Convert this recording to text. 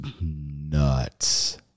nuts